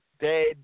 dead